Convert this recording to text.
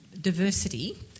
Diversity